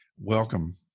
Welcome